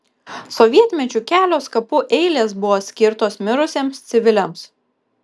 sovietmečiu kelios kapų eilės buvo skirtos mirusiems civiliams